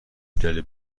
schnelle